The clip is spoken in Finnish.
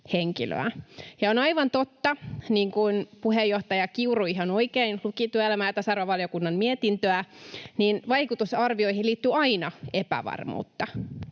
on aivan totta, niin kuin puheenjohtaja Kiuru ihan oikein luki työelämä- ja tasa-arvovaliokunnan lausuntoa, että vaikutusarvioihin liittyy aina epävarmuutta.